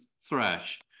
thrash